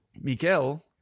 Miguel